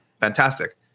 fantastic